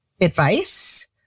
advice